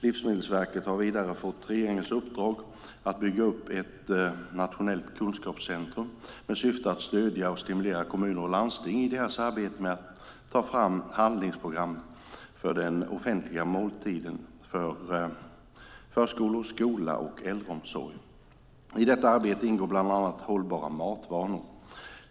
Livsmedelsverket har vidare fått regeringens uppdrag att bygga upp ett nationellt kunskapscentrum med syfte att stödja och stimulera kommuner och landsting i deras arbete med att ta fram handlingsprogram för den offentliga måltiden för förskola, skola och äldreomsorg. I detta uppdrag ingår bland annat hållbara matvanor.